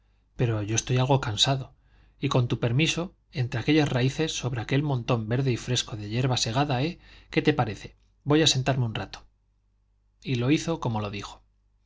pero yo estoy algo cansado y con tu permiso entre aquellas raíces sobre aquel montón verde y fresco de yerba segada eh qué te parece voy a sentarme un rato y lo hizo como lo dijo